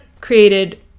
created